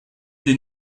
des